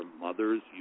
mothers